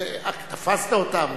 תפסת אותם?